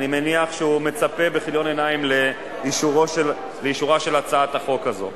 אני מניח שהוא מצפה בכיליון עיניים לאישורה של הצעת החוק הזו.